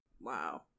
Wow